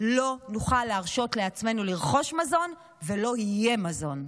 לא נוכל להרשות לעצמנו לרכוש מזון ולא יהיה מזון.